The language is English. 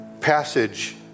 passage